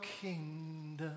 Kingdom